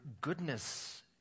goodness